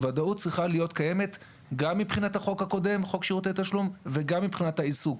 גם מבחינת חוק שירותי תשלום וגם מבחינת העיסוק.